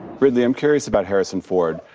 ridley, i'm curious about harrison ford,